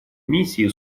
миссии